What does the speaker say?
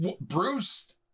bruce